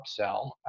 upsell